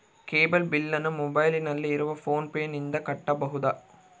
Cable ಬಿಲ್ಲನ್ನು ಮೊಬೈಲಿನಲ್ಲಿ ಇರುವ ಫೋನ್ ಪೇನಿಂದ ಕಟ್ಟಬಹುದಾ?